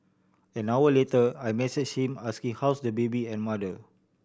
an hour later I messaged him asking how's the baby and mother